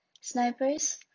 snipers